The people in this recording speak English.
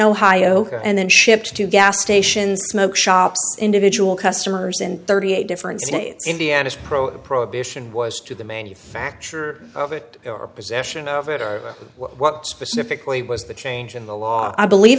ohio and then shipped to gas stations smoke shops individual customers and thirty eight different indianness pro prohibition was to the manufacture of it or possession of it or what specifically was the change in the law i believe